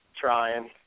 trying